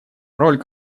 роль